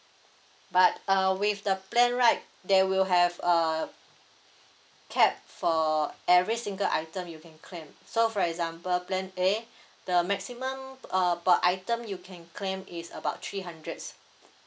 but uh with the plan right there will have a cap for every single item you can claim so for example plan A the maximum uh per item you can claim is about three hundreds